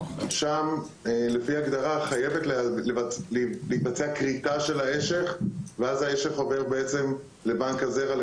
שם לפי הגדרה חייבת להתבצע כריתה של האשך ואז האשך עובר בעצם לבנק הזרע,